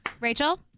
Rachel